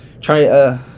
Try